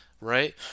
right